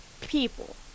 people